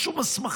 בלי שום הסמכה,